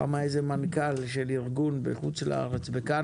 פעם היה מנכ"ל של ארגון בקנדה